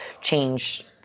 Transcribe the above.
change